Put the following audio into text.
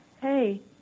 Hey